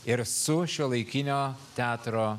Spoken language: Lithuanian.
ir su šiuolaikinio teatro